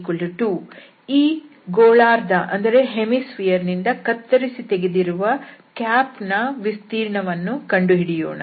x2y2z22 ಈ ಗೋಳಾರ್ಧ ದಿಂದ ಕತ್ತರಿಸಿ ತೆಗೆದಿರುವ ಕ್ಯಾಪ್ ನ ವಿಸ್ತೀರ್ಣವನ್ನು ಕಂಡುಹಿಡಿಯೋಣ